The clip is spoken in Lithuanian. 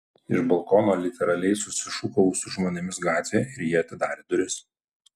iš balkono literaliai susišūkavau su žmonėmis gatvėje ir jie atidarė duris